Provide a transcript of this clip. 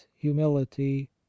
humility